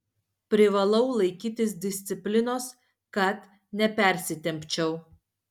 privalau laikytis disciplinos kad nepersitempčiau